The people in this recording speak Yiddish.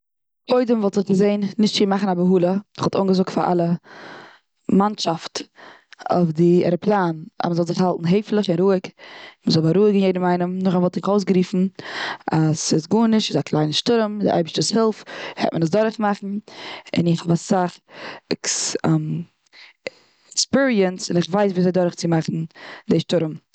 קודם וואלט איך געזען נישט צו מאכן א בהלה. כ'וואלט אנגעזאגט פאר אלע מאנטשאפט אויף די ערעפלאן אז מ'זאל זיך האלטן העפליך, רואיג און זיי זאלן בארואיגן יעדעם איינעם. נאך דעם וואלט איך אויסגעריפן אז ס'איז גארנישט ס'קליינע שטורעם, מיט די אייבערשטנס הילף העט מען עס אדורך מאכן. און איך האב אסאך עקספיריענס און איך ווייס וויאזוי דורך צו מאכן די שטורעם.